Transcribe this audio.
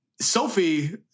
Sophie